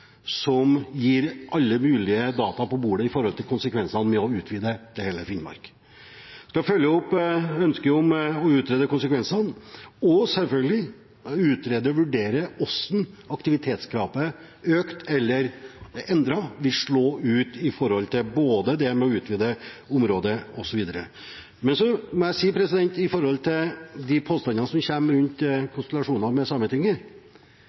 som gir alle mulige data på bordet når det gjelder konsekvensene av å utvide til hele Finnmark. Da følger jeg opp ønsket om å utrede konsekvensene og – selvfølgelig – utrede og vurdere hvordan aktivitetskravet, økt eller endret, vil slå ut når det gjelder å utvide området, osv. Så må jeg si til de påstandene som kommer om konsultasjonene med Sametinget,